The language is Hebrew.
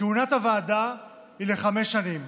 כהונת הוועדה היא לחמש שנים.